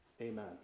Amen